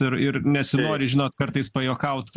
ir ir nesinori žinot kartais pajuokaut